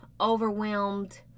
overwhelmed